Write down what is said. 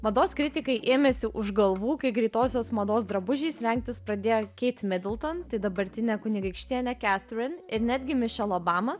mados kritikai ėmėsi už galvų kai greitosios mados drabužiais rengtis pradėjo keit midelton dabartine kunigaikštienė ketrin ir netgi mišel obama